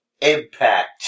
Impact